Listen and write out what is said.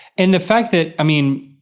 and the fact that, i mean.